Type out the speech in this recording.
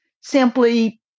simply